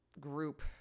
group